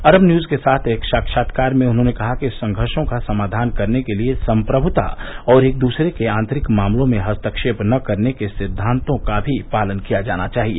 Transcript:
अरब News के साथ एक साक्षात्कार में उन्होंने कहा कि संघर्षो का समाधान करने के लिए सम्प्रभुता और एक दूसरे के आंतरिक मामलों में हस्तक्षेप न करने के सिद्दांतों का भी पालन किया जाना चाहिए